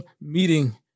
meeting